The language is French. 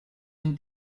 une